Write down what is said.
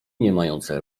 niemające